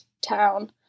town